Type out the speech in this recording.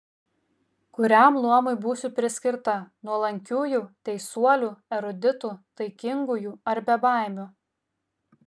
kuriam luomui būsiu priskirta nuolankiųjų teisuolių eruditų taikingųjų ar bebaimių